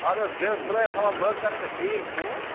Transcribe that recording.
اَدٕ حظ بیٚہہ حظ خۄدایس حوال بہٕ حظ کَرے ژےٚ ژیٖرۍ فون